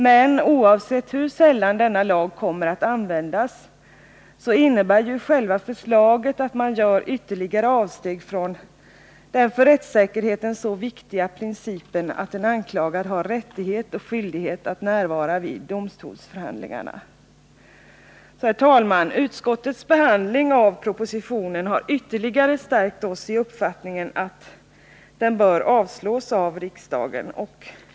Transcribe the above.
Men oavsett hur sällan denna lag kommer att användas innebär själva förslaget att man gör ytterligare ett avsteg från den för rättssäkerheten så viktiga principen att en anklagad har rättighet och skyldighet att närvara vid domstolsförhandlingarna. Herr talman! Utskottets behandling av propositionen har ytterligare stärkt oss i uppfattningen att propositionen bör avslås av riksdagen.